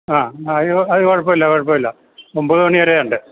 ആ അത് അത് കുഴപ്പമില്ല കുഴപ്പമില്ല ഒമ്പതു മണി വരെ ഉണ്ട്